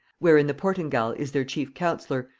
wherein the portingal is their chief counsellor,